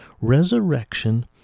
resurrection